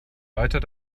weiter